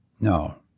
No